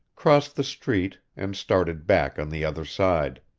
crossed the street, and started back on the other side.